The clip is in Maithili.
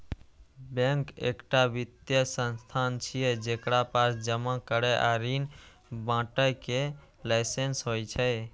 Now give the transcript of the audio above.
बैंक एकटा वित्तीय संस्थान छियै, जेकरा पास जमा करै आ ऋण बांटय के लाइसेंस होइ छै